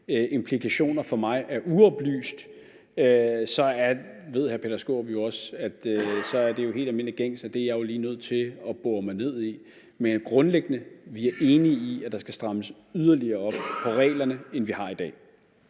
Skaarup jo også, at så er det helt almindelig gængs, at det er jeg lige nødt til at bore mig ned i. Men grundlæggende er vi enige i, at der skal strammes yderligere op på reglerne, vi har i dag.